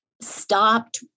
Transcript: stopped